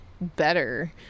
better